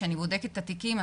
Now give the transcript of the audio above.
כשאני בודקת את התיקים,